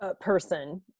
person